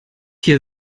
hier